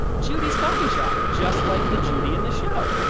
judy's coffee shop, just like the judy in the show!